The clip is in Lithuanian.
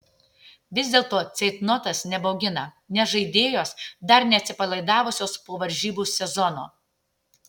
vis dėlto ceitnotas nebaugina nes žaidėjos dar neatsipalaidavusios po varžybų sezono